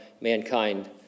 mankind